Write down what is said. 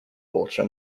water